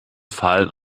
fallen